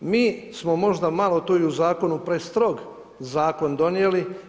Mi smo možda malo tu i u zakonu prestrog zakon donijeli.